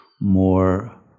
more